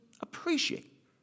appreciate